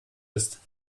ist